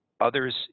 others